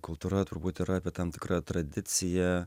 kultūra turbūt yra apie tam tikrą tradiciją